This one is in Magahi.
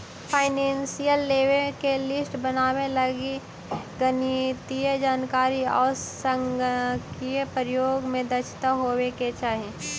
फाइनेंसियल लेवे के लिस्ट बनावे लगी गणितीय जानकारी आउ संगणकीय प्रयोग में दक्षता होवे के चाहि